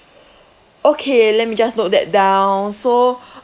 okay let me just note that down so